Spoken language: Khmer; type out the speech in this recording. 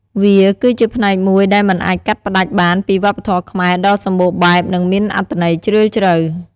វាគឺជាផ្នែកមួយដែលមិនអាចកាត់ផ្តាច់បានពីវប្បធម៌ខ្មែរដ៏សម្បូរបែប និងមានអត្ថន័យជ្រាលជ្រៅ។